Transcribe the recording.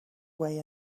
way